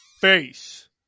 face